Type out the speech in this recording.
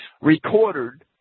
recorded